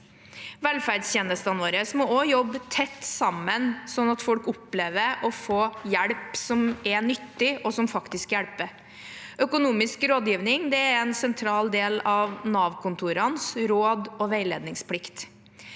Velferdstjenestene våre må også jobbe tett sammen slik at folk opplever å få hjelp som er nyttig, og som faktisk hjelper. Økonomisk rådgivning er en sentral del av Nav-kontorenes plikt til råd og veiledning.